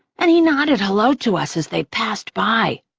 and he nodded hello to us as they passed by.